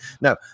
No